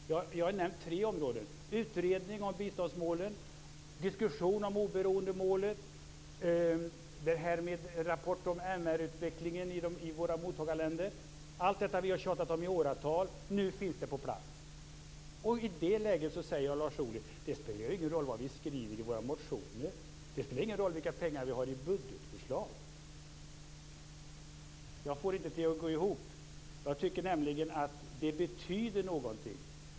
Jag har nämnt tre områden: utredning av biståndsmålet, diskussion om oberoendemålet och rapport om MR-utvecklingen i våra mottagarländer; allt detta vi har tjatat om i åratal. Nu finns det på plats! Och i det läget säger Lars Ohly: Det spelar ingen roll vad vi skriver i våra motioner. Det spelar ingen roll vilka pengar vi har i budgetförslagen. Jag får det inte till att gå ihop. Jag tycker nämligen att det betyder någonting.